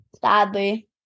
Sadly